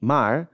Maar